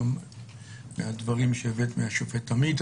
גם מהדברים שהבאת מהשופט עמית,